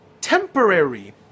temporary